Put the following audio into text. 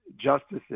justices